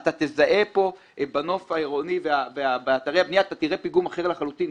אתה תזהה בנוף העירוני באתרי הבנייה פיגום אחר לחלוטין.